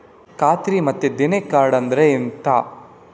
ಖಾತ್ರಿ ಮತ್ತೆ ದೇಣಿ ಕಾರ್ಡ್ ಅಂದ್ರೆ ಎಂತ?